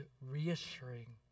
reassuring